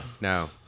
No